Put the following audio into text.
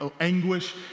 anguish